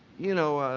you know,